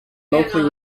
locally